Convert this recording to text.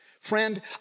Friend